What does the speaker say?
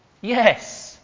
Yes